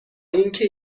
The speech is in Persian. اینکه